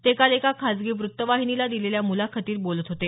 ते काल एका खासगी वृत्तवाहिनीला दिलेल्या मुलाखतीत बोलत होते